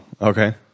okay